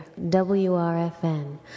WRFN